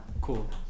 Cool